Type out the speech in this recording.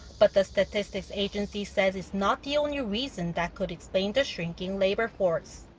but the statistics agency says it's not the only reason that could explain the shrinking labor force.